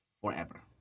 forever